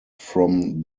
from